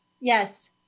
Yes